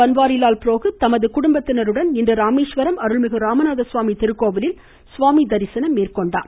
பன்வாரிலால் புரோகித் தமது குடும்பத்தினருடன் இன்று ராமேஸ்வரம் அருள்மிகு ராமநாத சுவாமி திருக்கோவிலில் சுவாமி தரிசனம் செய்தார்